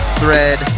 thread